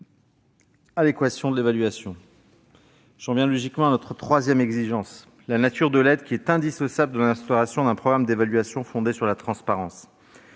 à l'équation de l'évaluation ? Logiquement alors, notre troisième exigence concerne la nature de l'aide, qui est indissociable de l'instauration d'un programme d'évaluation fondé sur la transparence.